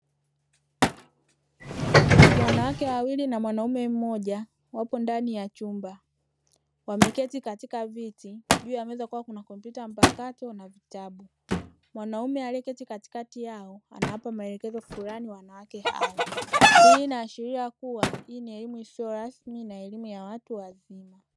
Wanawake wawili na mwanaume mmoja wapo ndani ya chumba, wameketi katika viti juu ya meza kukiwa na kompyuta mpakato na vitabu, mwanaume aliyeketi katikati yao anawapa maelekezo fulani wanawake hao hii inaashiria kuwa hii ni elimu isiyokuwa rasmi na elimu ya watu wazima.